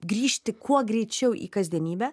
grįžti kuo greičiau į kasdienybę